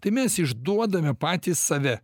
tai mes išduodame patys save